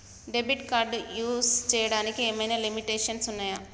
Debit card use చేయడానికి ఏమైనా limitations ఉన్నాయా?